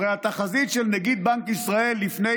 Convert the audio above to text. הרי התחזית של נגיד בנק ישראל לפני